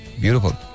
Beautiful